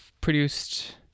produced